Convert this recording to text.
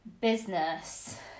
business